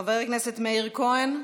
חבר הכנסת מאיר כהן,